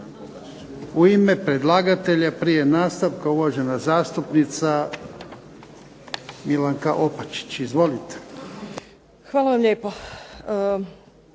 U ime predlagatelja prije nastavka, uvažena zastupnica Milanka Opačić. Izvolite. **Opačić, Milanka